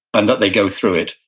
and that they go through it,